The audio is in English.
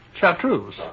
chartreuse